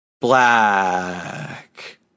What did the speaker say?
black